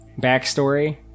backstory